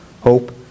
hope